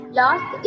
lost